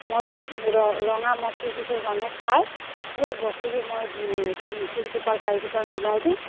মদ ৰঙা মদটো যিটো মানুহে খায় সেই বস্তুটো মই তিনি টুপাল চাৰি টুপাল মিলাই দিওঁ